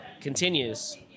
continues